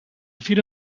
fira